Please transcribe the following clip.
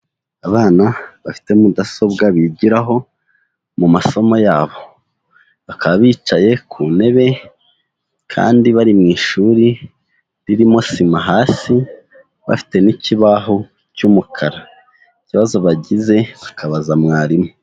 Abana bafite mudasobwa bigiraho mu masomo yabo. Bakaba bicaye ku ntebe kandi bari mu ishuri ririmo sima hasi. Bafite n'ikibaho cy'umukara. Ikibazo bagize bakabaza mwarimu.